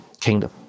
Kingdom